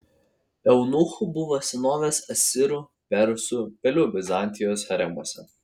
eunuchų buvo senovės asirų persų vėliau bizantijos haremuose